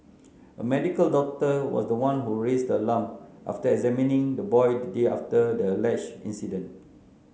a medical doctor was the one who raised the alarm after examining the boy the day after the alleged incident